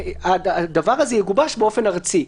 הדבר הזה יגובש באופן ארצי.